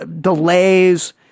delays